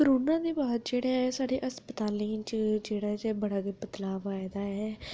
corona दे बा'द जेह्ड़ा ऐ साढ़े अस्पतालें च जेह्ड़ा ऐ बड़ा गै बदलाव आया दा ऐ